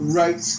right